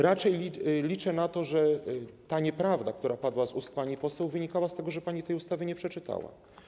Raczej liczę na to, że nieprawda, która padła z ust pani poseł, wynikała z tego, że pani tej ustawy nie przeczytała.